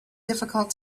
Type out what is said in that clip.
difficult